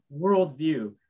worldview